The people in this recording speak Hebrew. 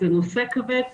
זה נושא כבד,